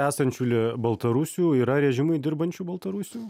esančiųjų lie baltarusių yra režimui dirbančių baltarusių